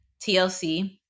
TLC